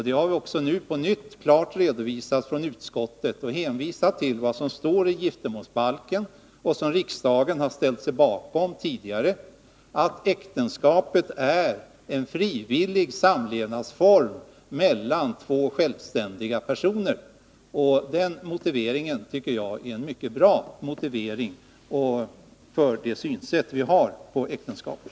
Det har vi nu på nytt klart redovisat från utskottet och hänvisar till vad som står i giftermålsbalken och som riksdagen ställt sig bakom tidigare, att äktenskapet är en frivillig samlevnadsform mellan två självständiga personer. Det tycker jag är en mycket bra motivering för det synsätt vi har när det gäller äktenskapet.